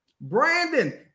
Brandon